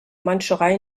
mandschurei